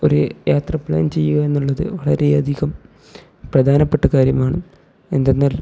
ഒരു യാത്ര പ്ലാൻ ചെയ്യുക എന്നുള്ളത് വളരെയധികം പ്രധാനപ്പെട്ട കാര്യമാണ് എന്തെന്നാൽ